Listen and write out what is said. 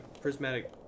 prismatic